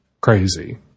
crazy